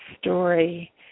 story